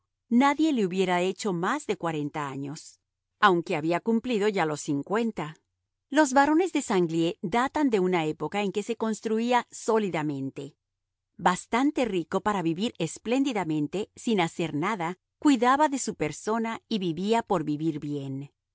nadie le hubiera hecho más de cuarenta años aunque había cumplido ya los cincuenta los barones de sanglié datan de una época en que se construía sólidamente bastante rico para vivir espléndidamente sin hacer nada cuidaba de su persona y vivía por vivir bien